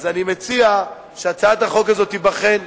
אז אני מציע שהצעת החוק הזאת תיבחן,